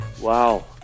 Wow